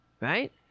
right